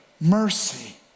mercy